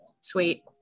Sweet